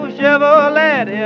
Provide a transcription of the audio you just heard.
Chevrolet